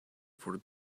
for